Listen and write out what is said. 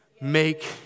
Make